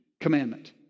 commandment